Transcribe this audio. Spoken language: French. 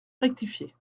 rectifié